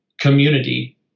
community